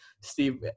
Steve